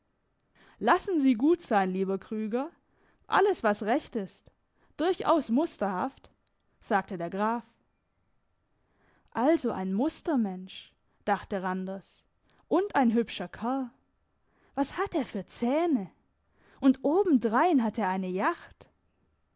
lassen sie gut sein lieber krüger alles was recht ist durchaus musterhaft sagte der graf also ein mustermensch dachte randers und ein hübscher kerl was hat er für zähne und obendrein hat er eine jacht